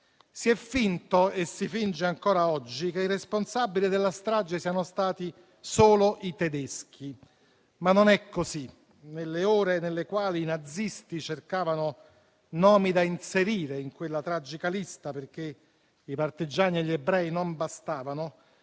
Si è finto e si finge ancora oggi che i responsabili della strage siano stati solo i tedeschi, ma non è così: nelle ore nelle quali i nazisti cercavano nomi da inserire in quella tragica lista, perché i partigiani e gli ebrei non bastavano,